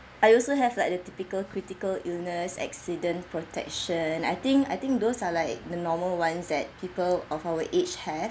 I also have like the typical critical illness accident protection I think I think those are like the normal ones that people of our age have